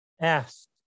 asked